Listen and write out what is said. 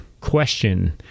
question